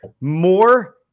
more